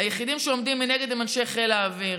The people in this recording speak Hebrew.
היחידים שעומדים מנגד הם אנשי חיל האוויר.